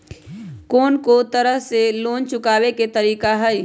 कोन को तरह से लोन चुकावे के तरीका हई?